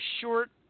short